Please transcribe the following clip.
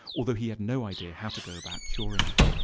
although he had no idea how to go about curing it.